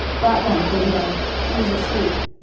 that won't go down. he was asleep.